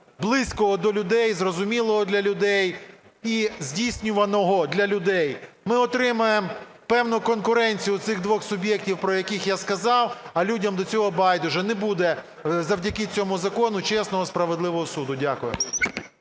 близького до людей, зрозумілого для людей і здійснюваного для людей. Ми отримаємо певну конкуренцію цих двох суб'єктів, про яких я сказав, а людям до цього байдуже. Не буде завдяки цьому закону чесного і справедливого суду. Дякую.